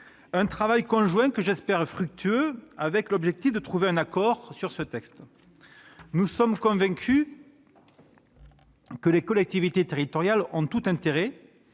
-un travail conjoint, que j'espère fructueux, afin de trouver un accord sur ce texte. Nous sommes convaincus que les collectivités territoriales ont tout intérêt,